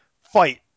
fight